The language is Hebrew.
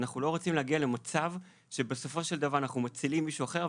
אנחנו לא רוצים להגיע למצב שבסופו של דבר אנחנו מצילים מישהו אחר,